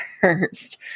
first